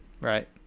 Right